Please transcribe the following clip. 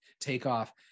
takeoff